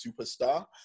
superstar